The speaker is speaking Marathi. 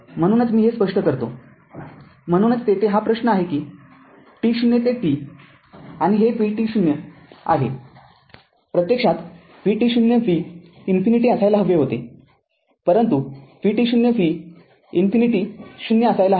म्हणूनच मी हे स्पष्ट करतो म्हणूनच तेथे हा प्रश्न आहे कि to ते t आणि हे vt0आहे प्रत्यक्षात ते vt0 v इन्फिनिटी असायला हवे होते परंतु vt0 v इन्फिनिटी ० असायला हवे